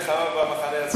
אתה מוצא נחמה במחנה הציוני?